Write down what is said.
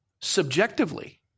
subjectively